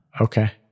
Okay